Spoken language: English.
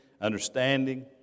understanding